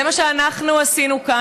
זה מה שאנחנו עשינו כאן.